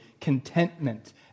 contentment